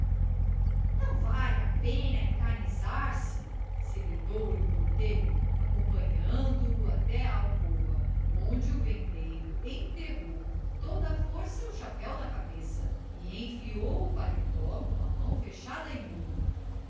não vale a pena encanzinar se segredou-lhe o botelho acompanhando o até a alcova onde o vendeiro enterrou com toda a força o chapéu na cabeça e enfiou o paletó com a mão fechada em murro